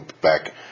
back